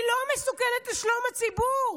היא לא מסוכנת לשלום הציבור,